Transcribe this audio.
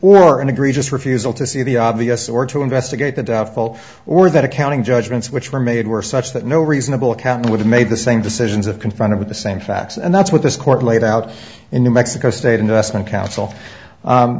or an egregious refusal to see the obvious or to investigate the doubtful or that accounting judgments which were made were such that no reasonable account would have made the same decisions of confronted with the same facts and that's what this court laid out in new mexico state investment c